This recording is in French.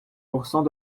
pourcent